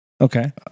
Okay